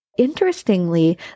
Interestingly